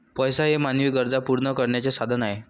पैसा हे मानवी गरजा पूर्ण करण्याचे साधन आहे